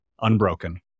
unbroken